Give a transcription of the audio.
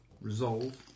resolve